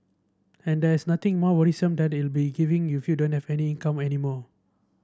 and there's nothing more worrisome than it being giving you feel don't have any income any more